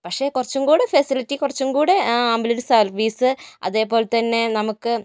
പക്ഷേ കുറച്ചുകൂടി ഫെസിലിറ്റി കുറച്ചുകൂടെ ആംബുലൻസ് സർവീസ് അതേപോലെ തന്നെ നമുക്ക്